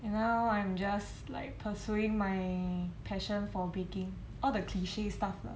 and now I'm just like pursuing my passion for baking all the cliche stuff lah